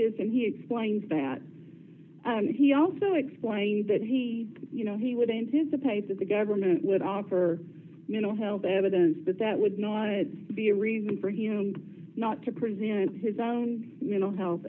this and he explains that and he also explained that he you know he would anticipate that the government would offer mental health evidence but that would not be a reason for him not to present his own mental health